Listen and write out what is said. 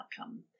outcome